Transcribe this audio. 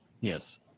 Yes